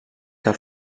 que